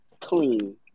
clean